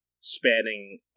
spanning